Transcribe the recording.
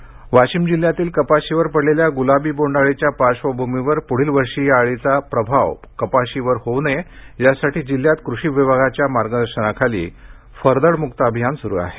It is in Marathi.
बोंड अळी वाशिम जिल्ह्यातील कपाशीवर पडलेल्या ग्लाबी बोन्ड अळीच्या पार्श्वभूमीवर प्ढील वर्षी या अळीचा प्रभाव कपाशीवर होऊ नये यासाठी जिल्ह्यात कृषी विभागाच्या मार्गदर्शनात फरदड म्क्त अभियान स्रू आहे